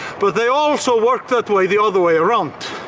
but they also work that way, the other way around!